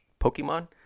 Pokemon